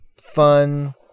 fun